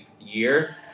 year